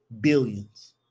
Billions